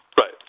Right